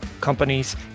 companies